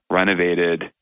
renovated